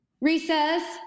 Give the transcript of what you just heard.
recess